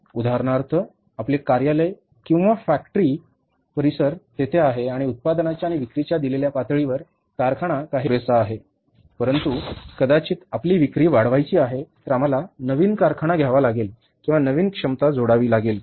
उदाहरणार्थ आपले कार्यालय किंवा फॅक्टरी परिसर तेथे आहे आणि उत्पादनाच्या आणि विक्रीच्या दिलेल्या पातळीवर कारखाना काही प्रमाणात पुरेसा आहे परंतु आम्हाला कदाचित आपली विक्री वाढवायची आहे तर आम्हाला नवीन कारखाना घ्यावा लागेल किंवा नवीन क्षमता जोडावी लागेल